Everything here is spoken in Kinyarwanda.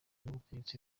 n’ubutegetsi